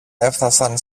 έφθασαν